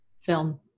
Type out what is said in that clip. film